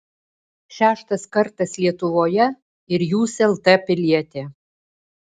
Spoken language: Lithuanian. šeštas kartas lietuvoje ir jūs lt pilietė